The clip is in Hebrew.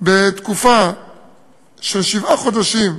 בתקופה של שבעה חודשים,